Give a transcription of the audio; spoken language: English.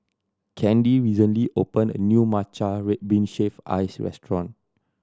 Candi recently opened a new matcha red bean shaved ice restaurant